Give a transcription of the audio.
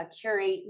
curate